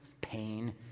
pain